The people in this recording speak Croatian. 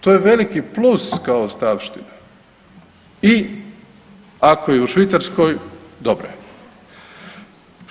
To je veliki plus kao ostavština i ako je u Švicarskoj dobro je.